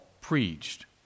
preached